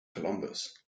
columbus